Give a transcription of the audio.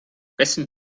wessen